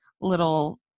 little